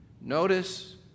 notice